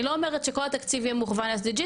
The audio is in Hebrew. אני לא אומרת שכל התקציב יהיה מוכוון SDG,